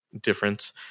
difference